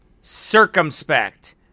circumspect